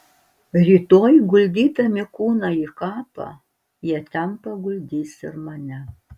rytoj guldydami kūną į kapą jie ten paguldys ir mane